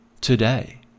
today